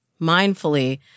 mindfully